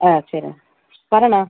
ஆ சரிண்ணா வரேண்ணா